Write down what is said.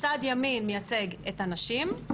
צד ימין מייצג את הנשים,